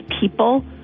people